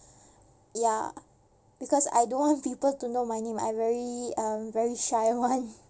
ya because I don't want people to know my name I'm very I'm very shy [one]